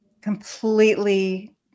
completely